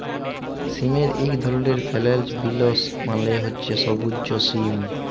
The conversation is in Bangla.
সিমের ইক ধরল ফেরেল্চ বিলস মালে হছে সব্যুজ সিম